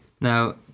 Now